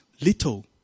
Little